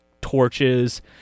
torches